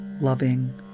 loving